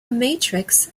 matrix